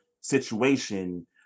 situation